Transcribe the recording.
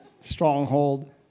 Stronghold